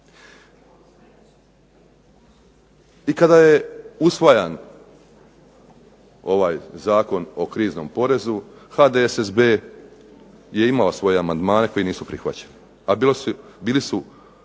I kada je usvajan ovaj Zakon o kriznom porezu HDSSB je imao svoje amandmane koji nisu prihvaćeni.